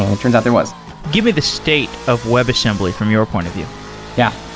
and it turns out there was give me the state of webassembly from your point of view yeah.